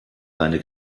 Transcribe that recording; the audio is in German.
seine